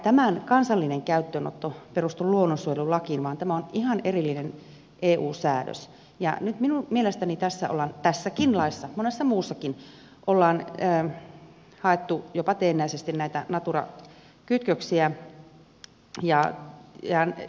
ei tämän kansallinen käyttöönotto perustu luonnonsuojelulakiin vaan tämä on ihan erillinen eu säädös ja nyt minun mielestäni tässäkin laissa monessa muussakin ollaan haettu jopa teennäisesti näitä natura kytköksiä